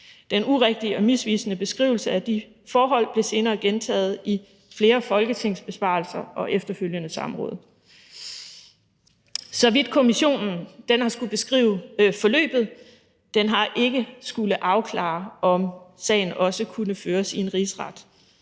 Den urigtige og misvisende beskrivelse af de forhold blev senere gentaget i flere folketingsbesvarelser og efterfølgende samråd. Kommissionen har skullet beskrive forløbet. Den har ikke skullet afklare, om sagen også kunne føres i en rigsret.